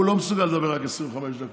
הוא לא מסוגל לדבר רק 25 דקות,